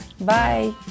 Bye